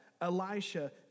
Elisha